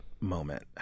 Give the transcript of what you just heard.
moment